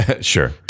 Sure